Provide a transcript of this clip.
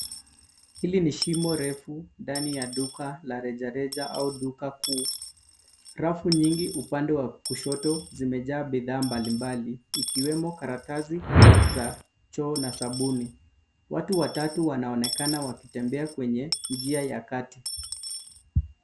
Hili ni shimo refu ndani ya duka la rejareja au duka kuu. Rafu nyingi upande wa kushoto zimejaa bidhaa mbalimbali, ikiwemo karatasi za choo na sabuni. Watu watatu wanaonekana wakitembea kwenye njia ya kati.